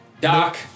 Doc